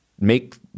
make